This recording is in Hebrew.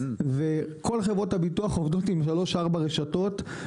וכל חברות הביטוח עובדות עם שלוש-ארבע רשתות.